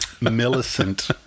Millicent